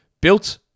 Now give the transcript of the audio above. built